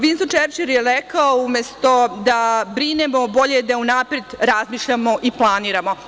Vinston Čerčil je rekao – umesto da brinemo, bolje je da unapred razmišljamo i planiramo.